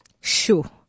Sure